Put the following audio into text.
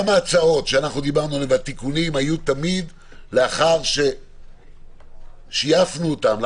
גם ההצעות שדיברנו עליהן והתיקונים היו תמיד לאחר ששייפנו אותם,